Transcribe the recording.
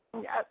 Yes